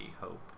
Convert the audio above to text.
Hope